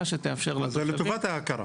שתאפשר לתושבים --- אז זה לטובת ההכרה,